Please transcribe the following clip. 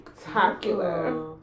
spectacular